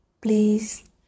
Please